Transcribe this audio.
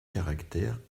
caractères